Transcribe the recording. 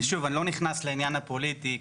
אני לא נכנס לעניין הפוליטי,